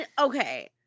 okay